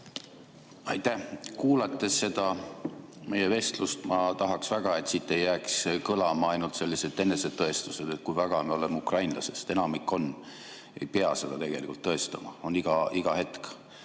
Aitäh! Kuulates seda meie vestlust, ma tahaks väga, et siit ei jääks kõlama ainult sellised enesetõestused, kui väga me oleme ukrainlased. Enamik on, ei pea seda tegelikult tõestama iga hetk.